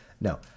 No